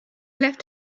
left